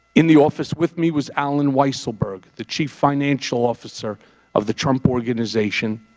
in the office with me was allen weisselberg, the chief financial officer of the trump organization.